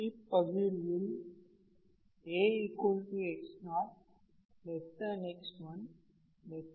இப்பகிர்வில் ax0x1x2